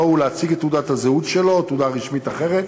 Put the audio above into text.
ולהציג את תעודת הזהות שלו או תעודה רשמית אחרת